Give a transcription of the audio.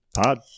Pod